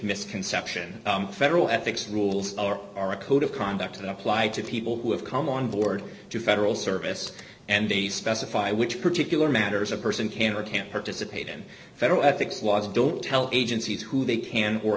misconception federal ethics rules are a code of conduct that apply to people who have come on board to federal service and the specify which particular matters a person can or can't participate in federal ethics laws don't tell agencies who they can or